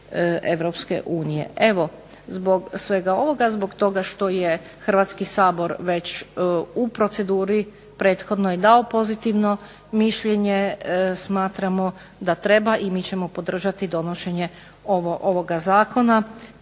EU. Evo, zbog svega ovoga, zbog toga što je Hrvatski sabor već u proceduri prethodnoj dao pozitivno mišljenje, smatramo da treba i mi ćemo podržati donošenje ovog zakona